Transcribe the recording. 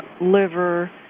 liver